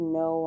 no